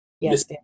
Yes